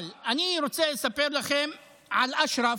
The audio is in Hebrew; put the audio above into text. אבל אני רוצה לספר לכם על אשרף,